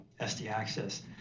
SD-access